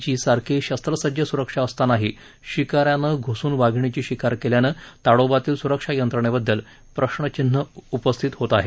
जी सारखी शस्त्रसज्ज स्रक्षा असतांनाही शिकाऱ्यानं घ्सून वाघिणीची शिकार केल्यानं ताडोबातील स्रक्षा यंत्रणेबददल प्रश्नचिन्ह उपस्थित होत आहे